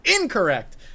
incorrect